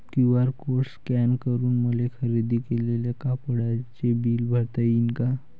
QR code scan करून मले खरेदी केलेल्या कापडाचे बिल भरता यीन का?